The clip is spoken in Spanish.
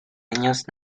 años